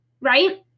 Right